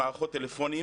במערכות טלפונים,